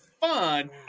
fun